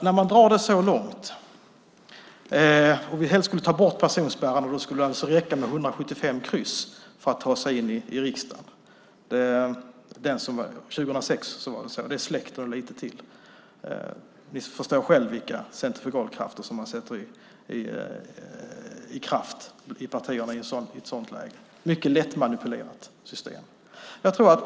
När man drar det så långt att vi helst skulle ta bort personspärrarna skulle det räcka med 175 kryss för att ta sig in i riksdagen. År 2006 var det så. Det är släkten och lite till. Ni förstår själva vilka centrifugalkrafter som man sätter i gång i partierna i ett sådant läge. Det är ett mycket lättmanipulerat system.